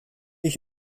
ich